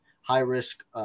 high-risk